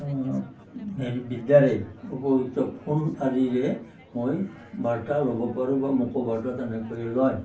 হেৰি বিদ্যাৰে উপযুক্ত ফোন আদিৰে মই বাৰ্তা ল'ব পাৰোঁ বা মোকো বাৰ্তা তেনেকৈয়ে লয়